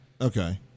Okay